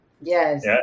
Yes